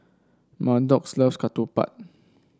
Maddox loves ketupat